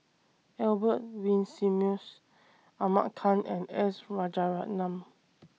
Albert Winsemius Ahmad Khan and S Rajaratnam